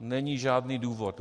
Není žádný důvod!